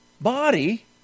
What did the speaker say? body